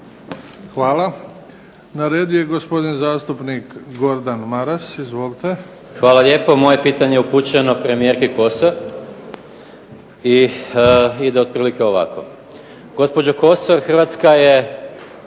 Hvala. Na redu je gospodin zastupnik Gordan Maras. Izvolite. **Maras, Gordan (SDP)** Hvala lijepo. Moje pitanje je upućeno premijerki Kosor i ide otprilike ovako. Gospođo Kosor, Hrvatska je